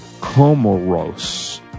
Comoros